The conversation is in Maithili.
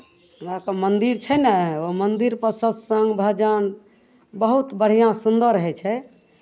हमरा ओतय मन्दिर छै ने ओ मन्दिरपर सत्सङ्ग भजन बहुत बढ़िआँ सुन्दर होइ छै